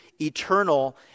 eternal